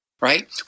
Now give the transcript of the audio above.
right